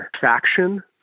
faction